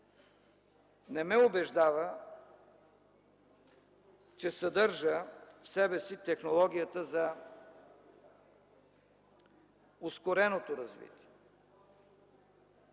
не ме убеждава, че съдържа в себе си технологията за ускореното развитие.